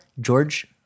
George